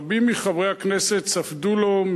רבים מחברי הכנסת ספדו לו,